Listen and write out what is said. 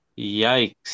Yikes